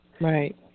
Right